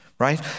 right